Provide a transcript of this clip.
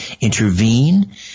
intervene